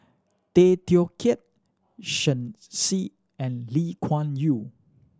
Tay Teow Kiat Shen Xi and Lee Kuan Yew